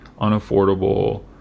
unaffordable